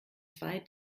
zwei